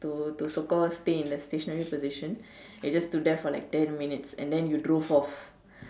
to to so call stay in a stationary position and you just stood there for like ten minutes and then you drove off